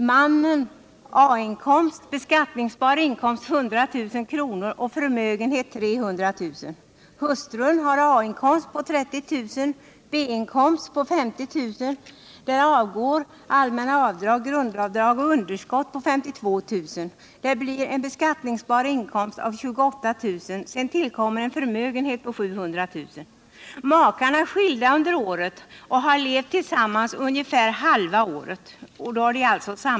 Makarna är skilda under året. De har levt tillsammans under ca halva året och sambeskattas alltså.